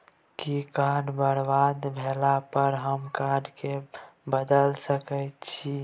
कि कार्ड बरबाद भेला पर हम कार्ड केँ बदलाए सकै छी?